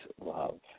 love